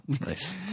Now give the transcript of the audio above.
nice